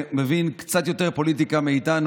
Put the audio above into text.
אתה ישבת בראש הישיבה וסיפרתי את הסיפור האישי-המשפחתי שלנו.